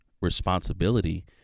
responsibility